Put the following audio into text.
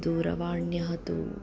दूरवाण्यः तु